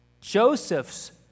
Joseph's